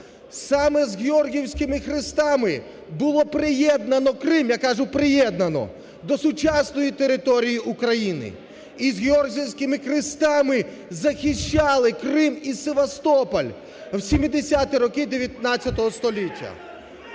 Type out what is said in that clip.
Саме з Георгіївськими хрестами було приєднано Крим, я кажу приєднано до сучасної території України. І з Георгіївськими хрестами захищали Крим і Севастополь в 70-і роки ХІХ століття.